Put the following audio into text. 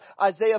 Isaiah